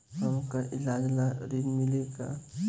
हमका ईलाज ला ऋण मिली का?